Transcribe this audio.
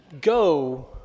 go